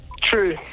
True